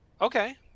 Okay